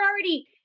already